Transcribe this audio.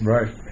Right